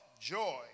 joy